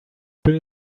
bill